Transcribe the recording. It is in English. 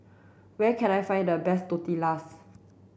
where can I find the best Tortillas